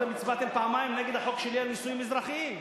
אתם הצבעתם פעמיים נגד החוק שלי על נישואים אזרחיים,